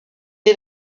est